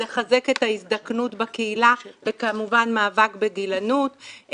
לחזק את ההזדקנות בקהילה וכמובן מאבק בגילנות.